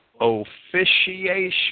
officiation